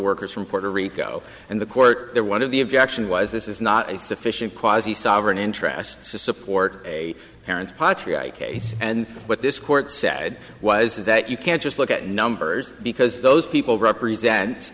workers from puerto rico and the court there one of the objection was this is not sufficient cause the sovereign interests to support a parent's patri i case and what this court said was that you can't just look at numbers because those people represent